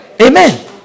Amen